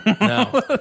No